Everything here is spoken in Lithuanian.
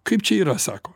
kaip čia yra sako